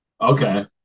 okay